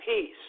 peace